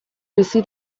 bizi